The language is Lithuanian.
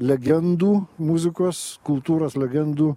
legendų muzikos kultūros legendų